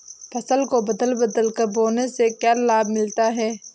फसल को बदल बदल कर बोने से क्या लाभ मिलता है?